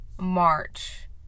March